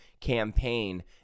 campaign